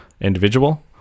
individual